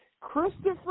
Christopher